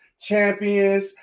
Champions